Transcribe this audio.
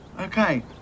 Okay